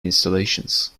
installations